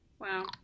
Wow